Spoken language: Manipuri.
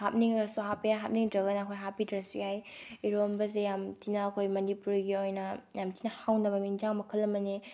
ꯍꯥꯞꯄꯤꯡꯉꯁꯨ ꯍꯥꯞꯄ ꯌꯥꯏ ꯍꯥꯞꯅꯤꯡꯗ꯭ꯔꯒꯅ ꯑꯩꯈꯣꯏ ꯍꯥꯞꯄꯤꯗ꯭ꯔꯁꯨ ꯌꯥꯏ ꯏꯔꯣꯟꯕꯁꯦ ꯌꯥꯝꯊꯤꯅ ꯑꯩꯈꯣꯏ ꯃꯅꯤꯄꯨꯔꯒꯤ ꯑꯣꯏꯅ ꯌꯥꯝꯊꯤꯅ ꯍꯥꯎꯅꯕ ꯑꯦꯟꯁꯥꯡ ꯃꯈꯜ ꯑꯃꯅꯦ